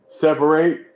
separate